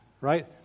Right